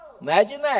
Imagine